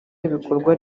n’ibikorwa